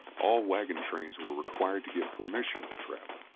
all wagon trains were required to get permission to travel.